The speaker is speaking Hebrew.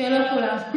לא כולם.